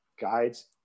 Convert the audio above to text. guides